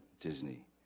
Disney